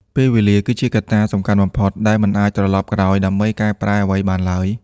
ពេលវេលាគឺជាកត្តាសំខាន់បំផុត ដែលមិនអាចត្រលប់ក្រោយដើម្បីកែប្រែអ្វីបានឡើយ។